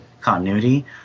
continuity